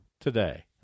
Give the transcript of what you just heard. today